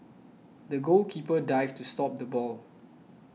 the goalkeeper dived to stop the ball